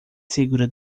segura